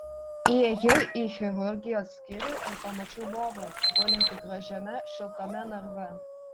įėjau į chirurgijos skyrių ir pamačiau bobą gulintį gražiame šiltame narve